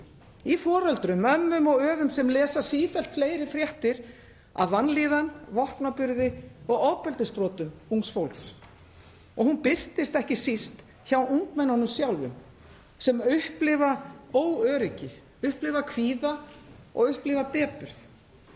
Í foreldrum, ömmum og öfum sem lesa sífellt fleiri fréttir af vanlíðan, vopnaburði og ofbeldisbrotum ungs fólks. Og hún birtist ekki síst í ungmennunum sjálfum, sem upplifa óöryggi, kvíða og depurð.